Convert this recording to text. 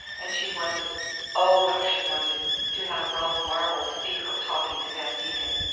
and she wanted oh, how she wanted to have ralph marvell see her talking to van degen.